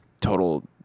total